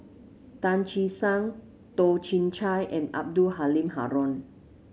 Tan Che Sang Toh Chin Chye and Abdul Halim Haron